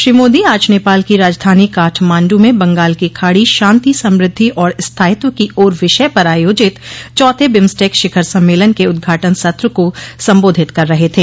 श्री मोदी आज नेपाल की राजधानी काठमांडू में बंगाल की खाड़ी शांति समद्धि और स्थायित्व की ओर विषय पर आयोजित चौथे बिम्स्टेक शिखर सम्मेलन के उद्घाटन सत्र को संबोधित कर रहे थे